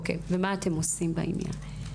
ומה אתם עושים בעניין?